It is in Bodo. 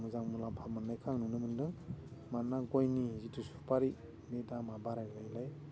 मोजां मुलाम्फा मोन्नायखौ आं नुनो मोनदों मानोना आं गयनि जिथु सुपारि दामा बारायनायलाय